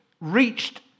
reached